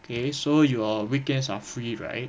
okay so your weekends are free right